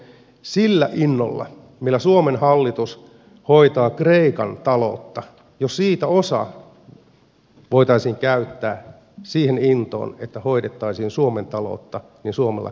jos osa siitä innosta millä suomen hallitus hoitaa kreikan taloutta voitaisiin käyttää siihen intoon että hoidettaisiin suomen taloutta niin suomellakin menisi paremmin